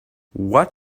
what